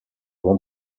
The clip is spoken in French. vents